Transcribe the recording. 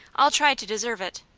i'll try to deserve it.